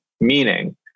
Meaning